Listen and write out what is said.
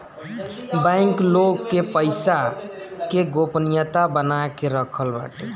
bank लोग के पईसा के गोपनीयता बना के रखत बाटे